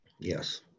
Yes